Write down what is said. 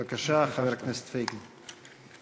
בבקשה, חבר הכנסת פייגלין.